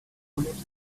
bullets